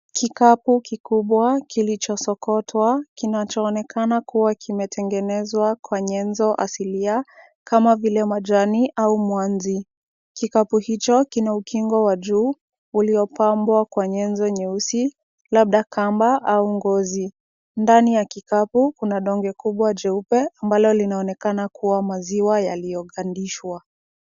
Kikapu kikubwa kilicho sokotwa kinachoonekana kuwa kimetengenezwa kwa nyenzo asilia kama vile majani au mwanzi. Kikapu hicho kina ukingo wa juu uliopambwa kwa nyenzo nyeusi labda kamba au ngozi. Ndani ya kikapu kuna donge kubwa jeupe ambalo linaonekana kuwa maziwa yaliyo kandishwa.